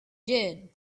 did